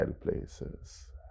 places